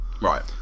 Right